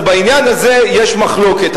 אז בעניין הזה יש מחלוקת.